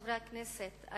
חברי הכנסת,